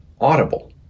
audible